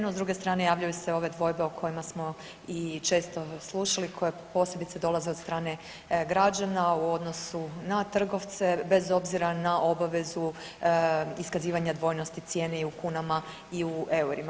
No s druge strane javljaju se ove dvojbe o kojima smo i često slušali koje posebice dolaze od strane građana u odnosu na trgovce, bez obzira na obavezu iskazivanja dvojnosti cijene i u kunama i u eurima.